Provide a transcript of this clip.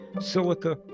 silica